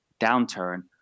downturn